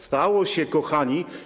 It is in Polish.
Stało się, kochani.